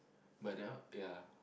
but that one ya